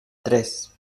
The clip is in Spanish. tres